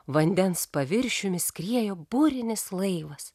vandens paviršiumi skriejo burinis laivas